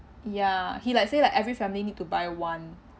ya he like say like every family need to buy one